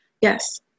yes